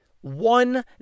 one